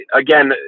again